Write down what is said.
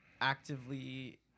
actively